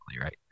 right